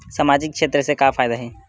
सामजिक क्षेत्र से का फ़ायदा हे?